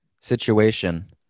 situation